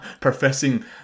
professing